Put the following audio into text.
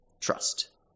trust